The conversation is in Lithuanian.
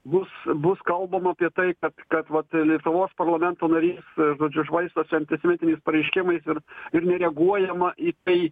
bus bus kalbama apie tai kad kad vat lietuvos parlamento narys žodžiu švaistosi antisemitiniais pareiškimais ir ir nereaguojama į tai